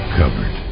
covered